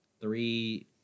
three